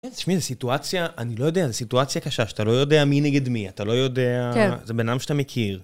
תשמעי, זו סיטואציה, אני לא יודע, זו סיטואציה קשה, שאתה לא יודע מי נגד מי, אתה לא יודע, זה בנאדם שאתה מכיר.